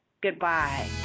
goodbye